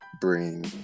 bring